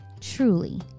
truly